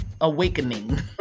awakening